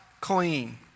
clean